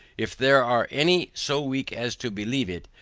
if there are any so weak as to believe it,